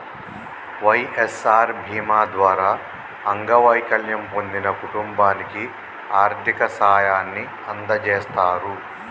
వై.ఎస్.ఆర్ బీమా ద్వారా అంగవైకల్యం పొందిన కుటుంబానికి ఆర్థిక సాయాన్ని అందజేస్తారు